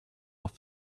off